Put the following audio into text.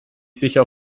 sicher